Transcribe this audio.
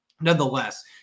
nonetheless